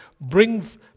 brings